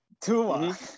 Tua